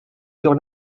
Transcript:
sur